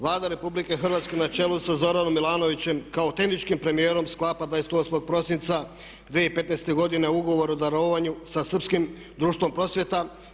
Vlada RH na čelu sa Zoranom Milanovićem kao tehničkim premijerom sklapa 28.prosinca 2015. godine Ugovor o darovanju sa Srpskim društvom prosvjeta.